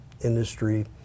industry